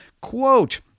Quote